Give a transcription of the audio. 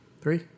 Three